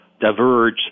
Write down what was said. diverge